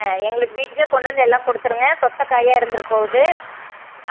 ஆ எங்களுக்கு வீட்டுக்கே கொண்டு வந்து எல்லாம் கொடுத்துருங்க சொத்தை காயாக இருந்துறப் போகுது